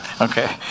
Okay